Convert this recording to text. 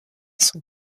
son